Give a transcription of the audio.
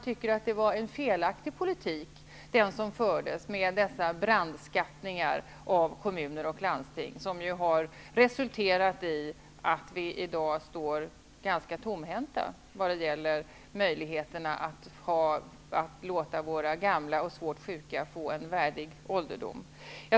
Tycker Jerzy Einhorn att den politik som fördes tidigare med brandskattningar av kommuner och landsting var felaktig? Det är en politik som har resulterat i att vi i dag står ganska tomhänta när det gäller möjligheterna att låta våra gamla och svårt sjuka få en värdig ålderdom.